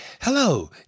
Hello